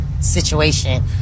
Situation